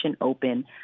open